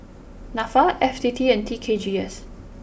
Nafa F T T and T K G S